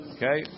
Okay